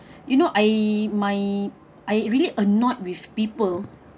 you know I my I really annoyed with people